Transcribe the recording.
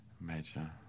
major